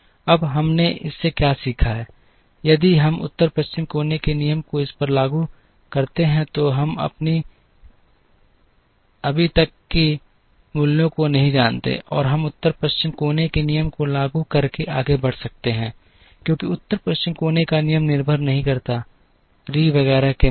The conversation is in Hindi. अब हमने इससे क्या सीखा है यदि हम उत्तर पश्चिम कोने के नियम को इस पर लागू करते हैं तो हम अभी तक री के मूल्यों को नहीं जानते हैं और हम उत्तर पश्चिम कोने के नियम को लागू करके आगे बढ़ सकते हैं क्योंकि उत्तर पश्चिम कोने का नियम निर्भर नहीं करता है री वगैरह के मूल्य